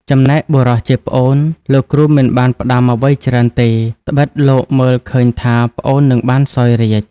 ចំណែកបុរសជាប្អូន លោកគ្រូមិនបានផ្ដាំអ្វីច្រើនទេ ត្បិតលោកមើលឃើញថាប្អូននឹងបានសោយរាជ្យ។